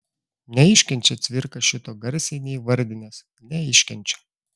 neiškenčia cvirka šito garsiai neįvardinęs neiškenčia